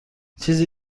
چیزی